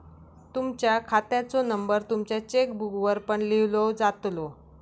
तुमच्या खात्याचो नंबर तुमच्या चेकबुकवर पण लिव्हलो जातलो